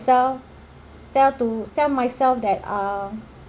myself tell to tell myself that uh